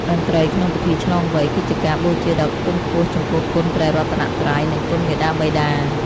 តន្ត្រីក្នុងពិធីឆ្លងវ័យ គឺជាការបូជាដ៏ខ្ពង់ខ្ពស់ចំពោះគុណព្រះរតនត្រ័យ និងគុណមាតាបិតា។